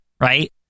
right